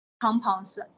compounds